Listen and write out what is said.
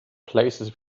places